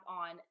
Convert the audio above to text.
on